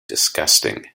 disgusting